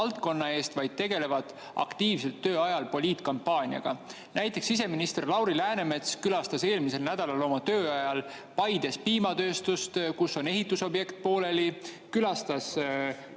valdkonna eest, vaid on tööajast aktiivselt tegelenud poliitkampaaniaga. Näiteks siseminister Lauri Läänemets külastas eelmisel nädalal oma tööajast Paides piimatööstust, kus on pooleli ehitusobjekt, ja külastas